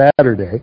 Saturday